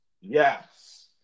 Yes